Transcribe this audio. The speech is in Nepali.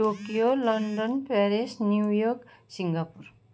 Tokyo London Paris New York Singapore